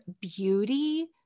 beauty